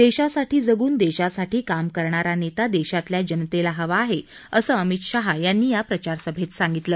देशासाठी जगून देशासाठी काम करणारा नेता देशातल्या जनतेला हवा आहे असं अमित शहा यांनी या प्रचारसभेत सांगितलं